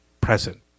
present